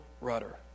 rudder